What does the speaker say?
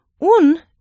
Un